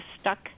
stuck